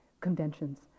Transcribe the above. conventions